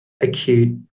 acute